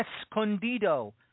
Escondido